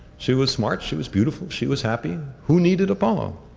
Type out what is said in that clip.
she was smart, she was beautiful, she was happy. who needed apollo?